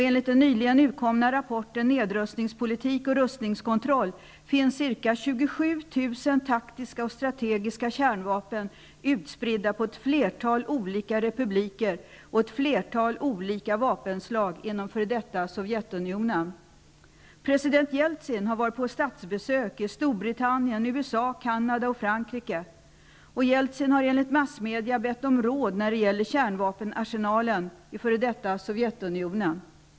Enligt den nyligen utkomna rapporten Nedrustningspolitik och rustningskontroll finns ca 27 000 taktiska och strategiska kärnvapen utspridda på ett flertal republiker och ett flertal olika vapenslag inom f.d. Sovjetunionen. President Jeltsin har varit på statsbesök i Jeltsin har enligt massmedierna bett om råd när det gäller kärnvapenarsenalen i f.d. Sovjetunionen.